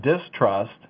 distrust